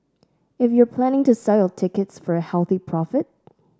if you're planning to sell your tickets for a healthy profit